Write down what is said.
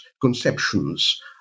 conceptions